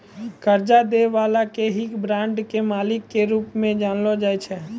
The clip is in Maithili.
कर्जा दै बाला के ही बांड के मालिको के रूप मे जानलो जाय छै